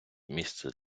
місце